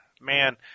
man